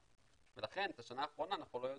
לכן בשנה האחרונה אנחנו לא יודעים.